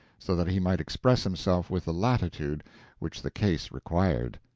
so that he might express himself with the latitude which the case required.